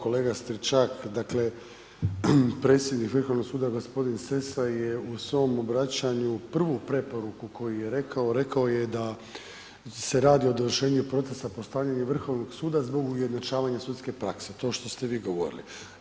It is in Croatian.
Kolega Stričak, dakle predsjednik Vrhovnog suda g. Sesa je u svom obraćanju prvu preporuku koju je rekao, rekao je da se radi o dovršenju procesa postavljanja Vrhovnog suda zbog ujednačavanja sudske prakse, to što ste vi govorili.